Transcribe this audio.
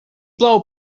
plou